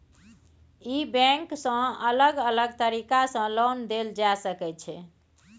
ई bank सँ अलग अलग तरीका सँ लोन देल जाए सकै छै